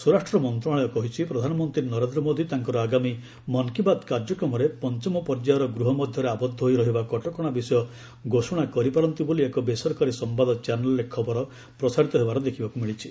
ସ୍ୱରାଷ୍ଟ୍ର ମନ୍ତ୍ରଣାଳୟ କହିଛି ପ୍ରଧାନମନ୍ତ୍ରୀ ନରେନ୍ଦ୍ର ମୋଦୀ ତାଙ୍କର ଆଗାମୀ ମନ୍ କି ବାତ୍ କାର୍ଯ୍ୟକ୍ରମରେ ପଞ୍ଚମ ପର୍ଯ୍ୟାୟର ଗୃହ ମଧ୍ୟରେ ଆବଦ୍ଧ ହୋଇ ରହିବା କଟକଣା ବିଷୟ ଘୋଷଣା କରିପାରନ୍ତି ବୋଲି ଏକ ବେସରକାରୀ ସମ୍ଭାଦ ଚ୍ୟାନେଲ୍ରେ ଖବର ପ୍ରସାରିତ ହେବାର ଦେଖିବାକୁ ମିଳିଛି